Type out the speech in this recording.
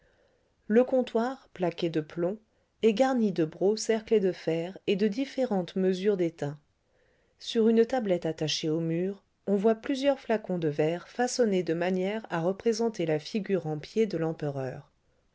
le comptoir plaqué de plomb est garni de brocs cerclés de fer et de différentes mesures d'étain sur une tablette attachée au mur on voit plusieurs flacons de verre façonnés de manière à représenter la figure en pied de l'empereur